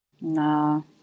no